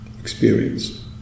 experience